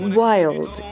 wild